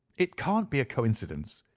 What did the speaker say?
it can't be a coincidence,